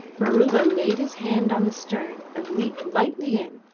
maroola laid his hand on the stem and leaped lightly in,